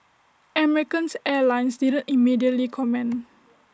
Americans airlines didn't immediately comment